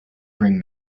bring